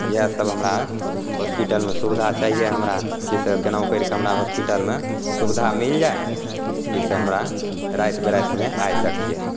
इएह सब हमरा होस्पिटलमे सुबिधा चाहिए हमराके से केनाहु करिके हमरा होस्पिटलमे सुबिधा मिल जाए कि से हमरा राति बिराति हमे आइ सकिए